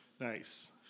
Nice